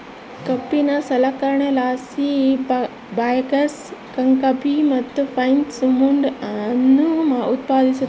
ಕಬ್ಬಿನ ಸಂಸ್ಕರಣೆಲಾಸಿ ಬಗ್ಯಾಸ್, ಕಾಕಂಬಿ ಮತ್ತು ಪ್ರೆಸ್ ಮಡ್ ಅನ್ನು ಉತ್ಪಾದಿಸುತ್ತಾರೆ